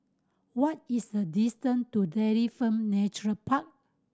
what is the distant to Dairy Farm Nature Park